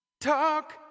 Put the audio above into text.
Talk